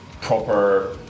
proper